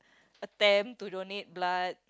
attempt to donate blood